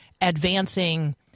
advancing